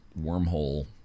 wormhole